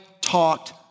talked